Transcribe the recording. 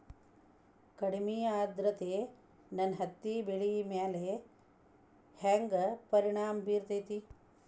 ಕಡಮಿ ಆದ್ರತೆ ನನ್ನ ಹತ್ತಿ ಬೆಳಿ ಮ್ಯಾಲ್ ಹೆಂಗ್ ಪರಿಣಾಮ ಬಿರತೇತಿ?